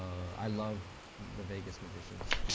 i love the vegas magicians.